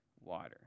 water